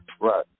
Right